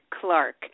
Clark